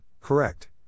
correct